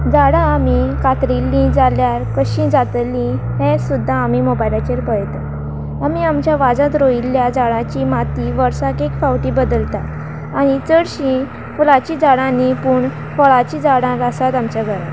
झाडां आमी कातरिल्ली जाल्यार कशी जातलीं हें सुद्दां आमी मोबायलाचेर पळयतात आमी आमच्या वाजांत रोयिल्ल्या झाडांची माती वर्साक एक फावटी बदलतात आनी चडशीं फुलांची झाडां न्ही पूण फळाची झाडां आसात आमच्या घरांत